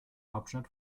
hauptstadt